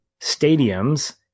stadiums